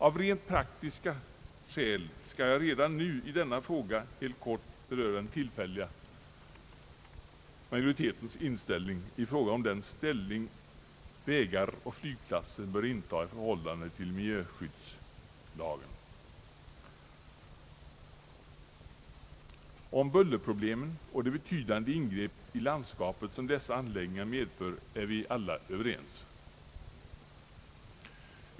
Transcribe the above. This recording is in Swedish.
Av rent praktiska skäl skall jag redan nu i denna fråga helt kort beröra den tillfälliga majoritetens åsikt om den ställning vägar och flygplatser bör inta i förhållande till miljöskyddslagen. Om bullerproblemen och de betydande ingrepp i landskapet som dessa anlägg Ang. förslag till miljöskyddslag m.m. ningar medför är vi alla medvetna.